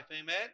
Amen